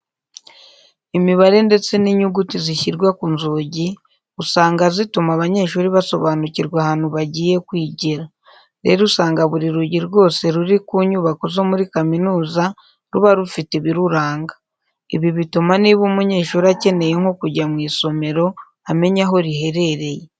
Imibare ndetse n'inyuguti zishyirwa ku nzugi usanga zituma abanyeshuri basobanukirwa ahantu bagiye kwigira. Rero usanga buri rugi rwose ruri ku nyubako zo muri kaminuza ruba rufite ibiruranga. Ibi bituma niba umunyeshuri akeneye nko kujya mu isomero amenya aho riherereye.